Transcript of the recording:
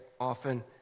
often